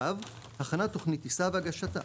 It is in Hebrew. הכנת תכנית טיסה והגשתה,